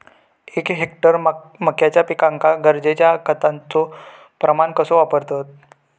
एक हेक्टर मक्याच्या पिकांका गरजेच्या खतांचो प्रमाण कसो वापरतत?